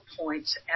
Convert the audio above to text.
points